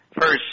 first